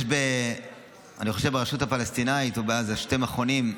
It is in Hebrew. יש ברשות הפלסטינית או בעזה שני מכונים,